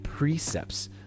Precepts